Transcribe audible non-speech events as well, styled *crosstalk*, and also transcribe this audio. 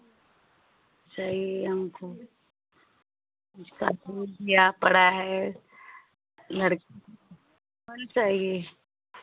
चाहिए हमको उसका *unintelligible* पड़ा है लड़की *unintelligible* चाहिए